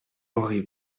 aurez